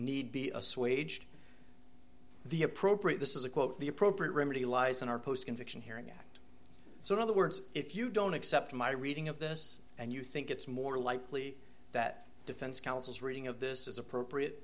need be assuaged the appropriate this is a quote the appropriate remedy lies in our post conviction hearing act so in other words if you don't accept my reading of this and you think it's more likely that defense counsel's reading of this is appropriate